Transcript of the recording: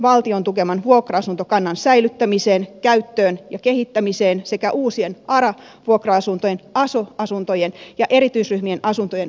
valtion tukeman kohtuuhintaisen vuokra asuntokannan säilyttämiseen käyttöön ja kehittämiseen sekä uusien ara vuokra asuntojen aso asuntojen ja erityisryhmien asuntojen rahoittamiseen